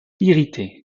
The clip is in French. irrité